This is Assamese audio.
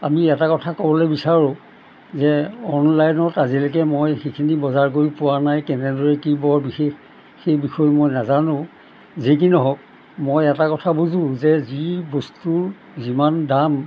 আমি এটা কথা ক'বলৈ বিচাৰোঁ যে অনলাইনত আজিলৈকে মই সেইখিনি বজাৰ কৰি পোৱা নাই কেনেদৰে কি বৰ বিশেষ সেই বিষয়ে মই নাজানো যিকি নহওক মই এটা কথা বুজো যে যি বস্তুৰ যিমান দাম